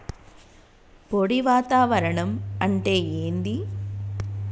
పొడి వాతావరణం అంటే ఏంది?